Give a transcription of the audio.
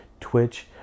Twitch